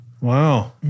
Wow